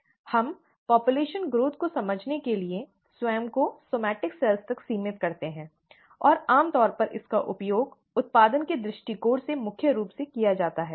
हम हम जनसंख्या वृद्धि को समझने के लिए स्वयं को सोमैट्इक कोशिकाएं तक सीमित करते हैं और आमतौर पर इसका उपयोग उत्पादन के दृष्टिकोण से मुख्य रूप से किया जाता है